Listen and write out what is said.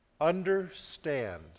understand